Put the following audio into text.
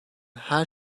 her